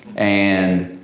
and,